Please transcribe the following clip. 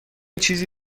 چیزی